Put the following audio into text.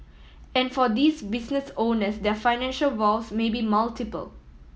and for these business owners their financial woes may be multiple